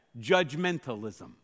Judgmentalism